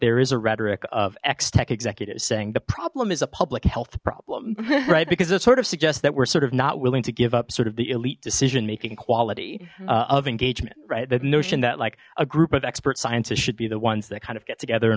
there is a rhetoric of x tech executives saying the problem is a public health problem right because it sort of suggests that we're sort of not willing to give up sort of the elite decision making quality of engagement right the notion that like a group of expert scientists should be the ones that kind of get together in